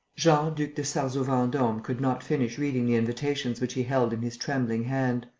jean duc de sarzeau-vendome could not finish reading the invitations which he held in his trembling hand.